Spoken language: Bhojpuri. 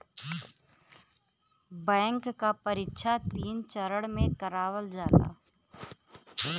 बैंक क परीक्षा तीन चरण में करावल जाला